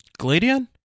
Gladian